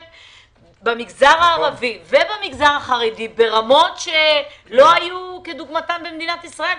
במגזר הערבי ובמגזר החרדי ברמות שלא היו כדוגמתן במדינת ישראל.